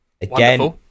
again